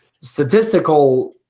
statistical